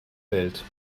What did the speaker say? welt